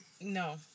No